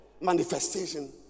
manifestation